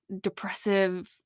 depressive